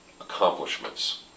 accomplishments